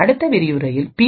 அடுத்த விரிவுரையில் பி